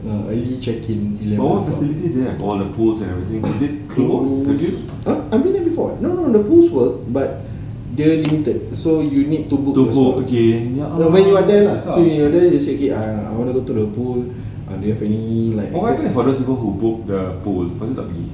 early check in ah I've been there before no no the pools were but dia limited so you need to book when you're there lah so basically ah I want to go to the pool do you have any like